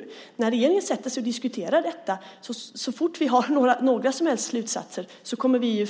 Så fort regeringen sätter sig och diskuterar detta och har några slutsatser så kommer vi